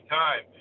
time